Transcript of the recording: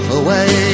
away